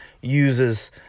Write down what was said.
uses